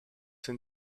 hin